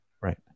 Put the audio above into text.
right